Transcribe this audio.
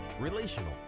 relational